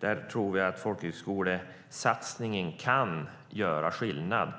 Där tror jag att folkhögskolesatsningen kan göra skillnad.